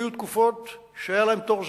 והיו תקופות שהיה להם תור זהב,